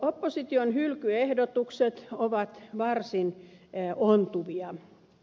opposition hylkyehdotukset ovat varsin ontuvia